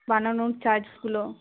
বানানোর চার্জগুলো